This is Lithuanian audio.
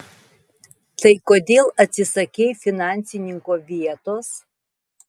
tai kodėl atsisakei finansininko vietos